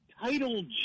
title